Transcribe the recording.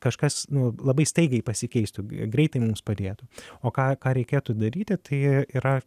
kažkas nu labai staigiai pasikeistų greitai mums padėtų o ką ką reikėtų daryti tai yra